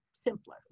simpler